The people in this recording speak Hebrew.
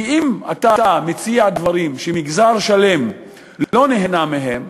כי אם אתה מציע דברים שמגזר שלם לא נהנה מהם,